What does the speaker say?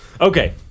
Okay